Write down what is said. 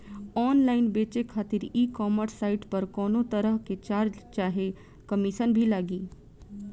Online बेचे खातिर e commerce site पर कौनोतरह के चार्ज चाहे कमीशन भी लागी?